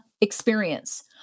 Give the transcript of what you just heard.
experience